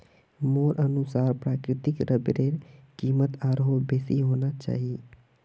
मोर अनुसार प्राकृतिक रबरेर कीमत आरोह बेसी होना चाहिए